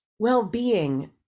well-being